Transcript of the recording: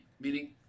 meaning